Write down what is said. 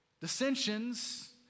dissensions